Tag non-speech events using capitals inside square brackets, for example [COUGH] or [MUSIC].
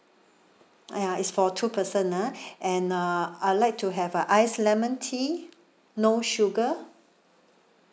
ya it's for two person ah [BREATH] and uh I would like to have a ice lemon tea no sugar